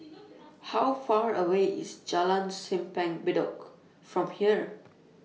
How Far away IS Jalan Simpang Bedok from here